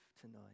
tonight